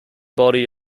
body